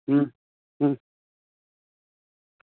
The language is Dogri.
अं अं